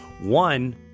one